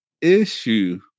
issue